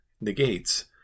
negates